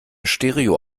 stereo